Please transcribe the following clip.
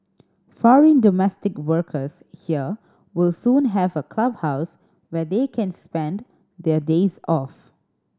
foreign domestic workers here will soon have a clubhouse where they can spend their days off